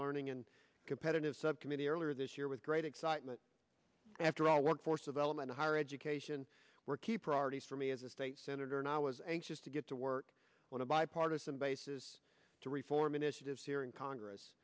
learning and competitive subcommittee earlier this year with great excitement after all workforce of element of higher education were key priorities for me as a state senator and i was anxious to get to work on a bipartisan basis to reform initiatives here in congress